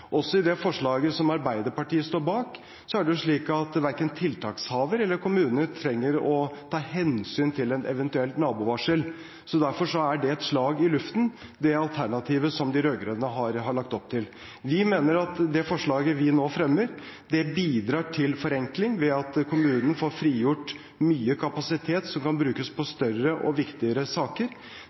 Også i det forslaget som Arbeiderpartiet står bak, er det jo slik at verken tiltakshaver eller kommune trenger å ta hensyn til et eventuelt nabovarsel. Derfor er det et slag i luften, det alternativet som de rød-grønne har lagt opp til. Vi mener at det forslaget vi nå fremmer, bidrar til forenkling ved at kommunen får frigjort mye kapasitet som kan brukes på større og viktigere saker.